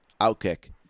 Outkick